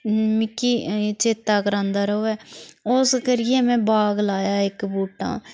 मिकी चेता करांदा रवै ओस करियै मै बाग लाया इक बूहटा